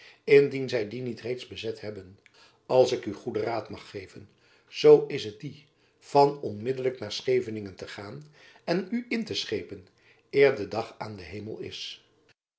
indien zy die niet reeds bezet hebben als ik u goeden raad mag geven zoo is het dien van onmiddelijk naar scheveningen te gaan en u in te schepen eer de dag aan de hemel is